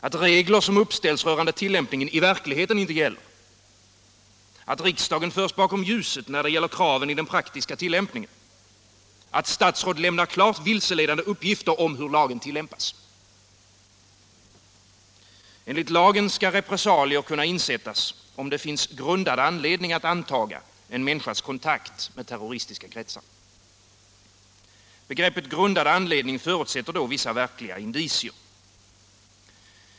Att regler som uppställs rörande tillämpningen i verkligheten inte gäller. Att riksdagen förs bakom ljuset när det gäller kraven i den praktiska tillämpningen. Att statsråd lämnar klart 61 vilseledande uppgifter om hur lagen tillämpas. Enligt lagen skall repressalier kunna insättas om det finns grundad anledning att anta en människas kontakt med terroristiska kretsar. Begreppet grundad anledning förutsätter då vissa verkliga indicier.